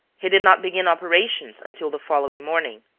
he did not begin operations until the following morning